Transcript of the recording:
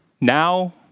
now